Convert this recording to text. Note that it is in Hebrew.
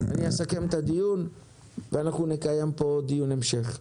אני אסכם את הדיון ואנחנו נקיים פה דיון המשך.